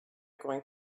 going